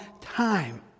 time